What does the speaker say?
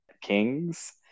kings